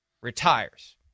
retires